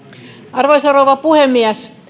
arvoisa rouva puhemies